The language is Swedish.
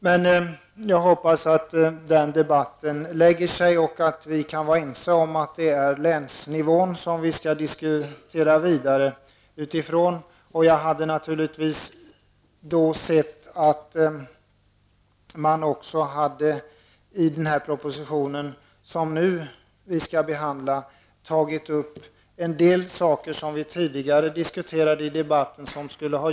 Men jag hoppas att den debatten lägger sig och att vi kan vara ense om att det är länsnivån som skall diskuteras. Jag hade naturligtvis gärna sett att man i denna proposition hade tagit upp en del saker som tidigare har diskuterats.